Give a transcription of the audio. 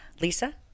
Lisa